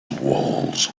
walls